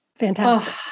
Fantastic